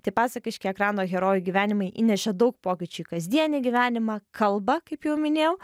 tai pasakiški ekrano herojų gyvenimai įnešė daug pokyčių į kasdienį gyvenimą kalba kaip jau minėjau